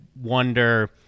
wonder